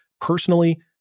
Personally